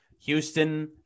Houston